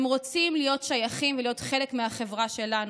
הם רוצים להיות שייכים ולהיות חלק מהחברה שלנו.